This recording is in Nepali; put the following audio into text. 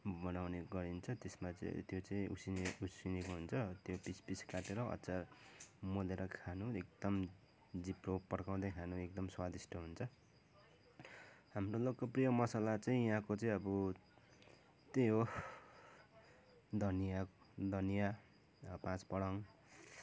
बनाउने गरिन्छ त्यसमा चाहिँ त्यो चाहिँ उसिने उसिनेको हुन्छ त्यो पिस पिस काटेर अचार मोलेर खानु एकदम जिब्रो पड्काउँदै खानु एकदम स्वादिष्ट हुन्छ हाम्रो लोकप्रिय मसाला चाहिँ यहाँको चाहिँ अब त्यही हो धनिया धनिया पाँचफरन